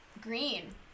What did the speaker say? green